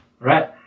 right